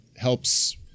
helps